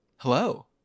Hello